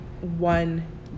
one